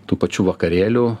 tų pačių vakarėlių